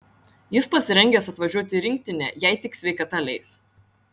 jis pasirengęs atvažiuoti į rinktinę jei tik sveikata leis